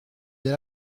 elle